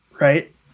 right